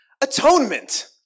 atonement